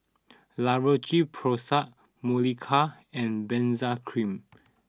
La Roche Porsay Molicare and Benzac Cream